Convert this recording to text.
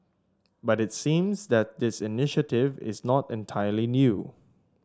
but it seems that this initiative is not entirely new